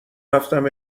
رفتم